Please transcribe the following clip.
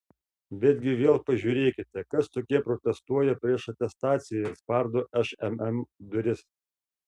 betgi vėl pažiūrėkite kas tokie protestuoja prieš atestaciją ir spardo šmm duris